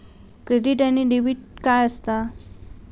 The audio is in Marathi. क्रेडिट आणि डेबिट काय असता?